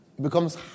becomes